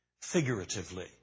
figuratively